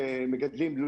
כמגדלים,